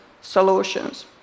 solutions